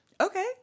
Okay